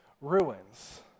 ruins